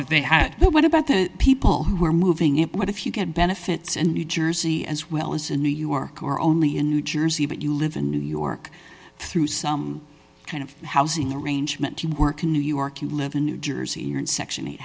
that they had what about the people who were moving it what if you get benefits in new jersey as well as in new york or only in new jersey but you live in new york through some kind of housing arrangement you work in new york you live in new jersey you're in section eight